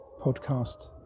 podcast